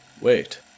wait